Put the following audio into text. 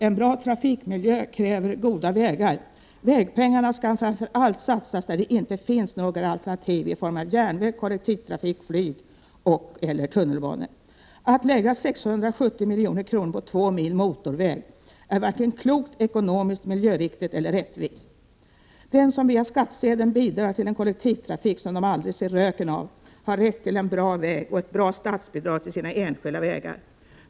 En bra trafikmiljö kräver goda vägar. Vägpengarna skall framför allt satsas där det inte finns några alternativ i form av järnväg, kollektivtrafik, flyg eller tunnelbana. Att lägga 670 milj.kr. på två mil motorväg är varken ekonomiskt klokt, miljöriktigt eller rättvist. De som via skattsedeln bidrar till den kollektivtrafik som de aldrig ser röken av har rätt till en bra väg och ett bra statsbidrag till sina enskilda vägar.